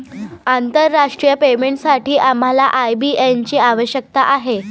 आंतरराष्ट्रीय पेमेंटसाठी आम्हाला आय.बी.एन ची आवश्यकता आहे